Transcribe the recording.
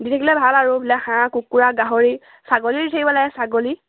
দি থাকিলে ভাল আৰু এইবিলাক হাঁহ কুকুৰা গাহৰি ছাগলীক দি থাকিব লাগে ছাগলীক